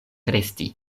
resti